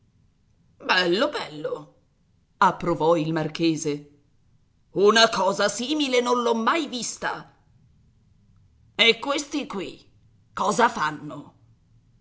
bello bello approvò il marchese una cosa simile non l'ho mai vista e questi qui cosa fanno